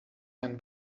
can